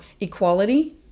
equality